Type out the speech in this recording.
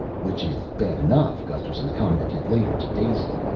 which is bad enough, gusterson commented later to daisy.